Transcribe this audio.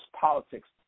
politics